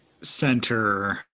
center